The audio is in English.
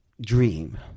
dream